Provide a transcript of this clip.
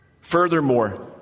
Furthermore